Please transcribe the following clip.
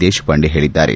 ದೇಶಪಾಂಡೆ ಹೇಳಿದ್ದಾರೆ